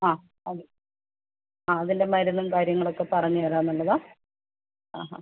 അ അതെ അ അതില് മരുന്നും കാര്യങ്ങളൊക്കെ പറഞ്ഞ് തരാമെന്നുള്ളതാ